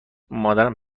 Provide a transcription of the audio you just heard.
مادرم